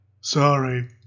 Sorry